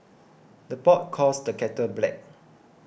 the pot calls the kettle black